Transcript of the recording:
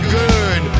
good